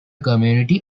community